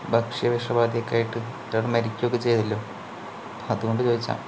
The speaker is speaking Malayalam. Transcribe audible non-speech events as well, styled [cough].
ഭക്ഷ്യ വിഷ ബാധയൊക്കെയായിട്ട് [unintelligible] മരിക്കുകയൊക്കെ ചെയ്തല്ലോ അതുകൊണ്ട് ചോദിച്ചതാണ്